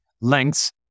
lengths